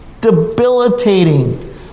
debilitating